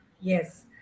Yes